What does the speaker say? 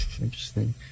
Interesting